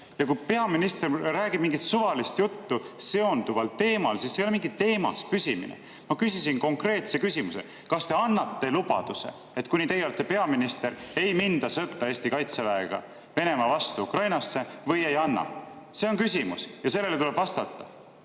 Ja kui peaminister räägib mingit suvalist juttu seonduval teemal, siis see ei ole mingi teemas püsimine. Ma küsisin konkreetse küsimuse: kas te annate lubaduse, et kuni teie olete peaminister, ei minda Eesti Kaitseväega sõtta Venemaa vastu Ukrainasse, või ei anna? See on küsimus ja sellele tuleb vastata.